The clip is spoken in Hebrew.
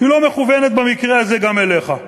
לא מכוונת במקרה הזה גם אליך?